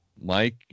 Mike